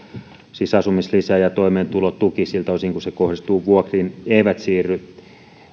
siis asumislisä ja toimeentulotuki siltä osin kuin se kohdistuu vuokriin eivät siirry